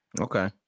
okay